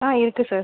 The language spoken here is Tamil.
ஆ இருக்கு சார்